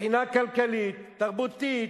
מבחינה כלכלית, תרבותית,